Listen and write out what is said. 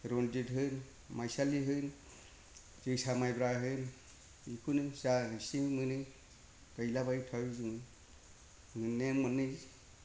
रन्जित होन माइसालि होन जोसा माइब्रा होन बेखौनो जा एसे मोनो गायलाबाय थाबाय जों मोननाया मोनो